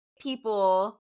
people